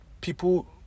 people